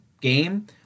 game